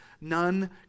None